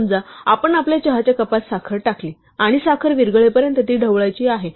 समजा आपण आपल्या चहाच्या कपात साखर टाकली आणि साखर विरघळेपर्यंत ती ढवळायची आहे